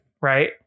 Right